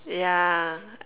yeah